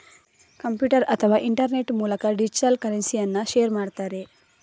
computer ಅಥವಾ internet ಮೂಲಕ digital ಕರೆನ್ಸಿಯನ್ನ ಶೇರ್ ಮಾಡ್ತಾರೆ